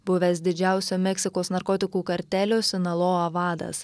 buvęs didžiausio meksikos narkotikų kartelio sinaloa vadas